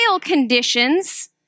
conditions